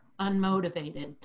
unmotivated